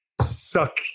suck